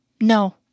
no